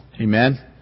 amen